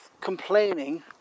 complaining